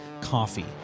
coffee